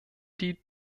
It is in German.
die